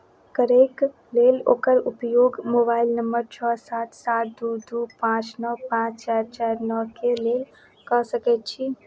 करयके लेल ओकर उपयोग मोबाइल नंबर छओ सात सात दू दू पाँच नओ पाँच चारि चारि नओके लेल कऽ सकैत छी